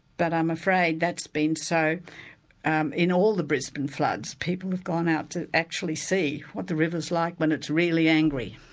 but i'm afraid that's been so um in all the brisbane floods, people have gone out to actually see what the river's like when it's really angry.